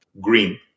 green